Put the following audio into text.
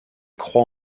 croix